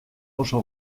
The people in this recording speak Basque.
oso